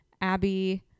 abby